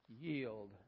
yield